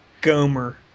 Gomer